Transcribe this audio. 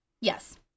Yes